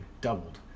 doubled